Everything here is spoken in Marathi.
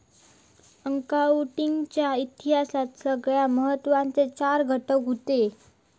अकाउंटिंग च्या इतिहासात सगळ्यात महत्त्वाचे चार घटना हूते